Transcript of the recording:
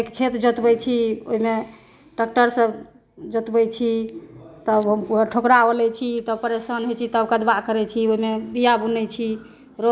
पहिने खेत जोतबै छी ओहिमे ट्रेक्टर सऽ जोतबै छी तऽ ठकराओ लै छी तऽ परेशान होइ छी तऽ कदबा करै छी ओहि मे बिया बुनै छी रोपै छी